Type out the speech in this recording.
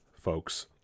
folks